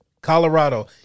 Colorado